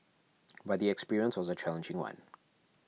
but the experience was a challenging one